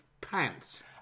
Pants